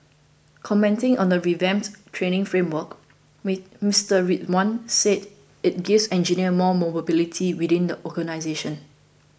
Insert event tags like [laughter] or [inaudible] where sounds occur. commenting on the revamped training framework [unintelligible] Mister Rizwan said it gives engineers more mobility within the organisation